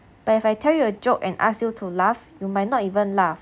but if I tell you a joke and ask you to laugh you might not even laugh